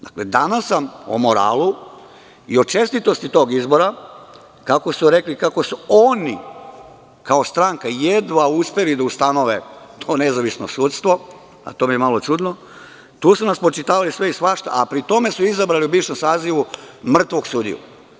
Dakle, danas sam o moralu i o čestitosti tog izbora, kako su rekli kako su oni kao stranka jedva uspeli da ustanove to nezavisno sudstvo, a to mi je malo čudno, tu su nam spočitavali sve i svašta a pri tome su u bivšem sazivu izabrali mrtvog sudiju.